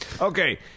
Okay